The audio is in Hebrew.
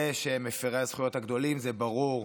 זה שהם מפירי הזכויות הגדולים זה ברור,